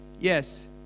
Yes